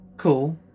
cool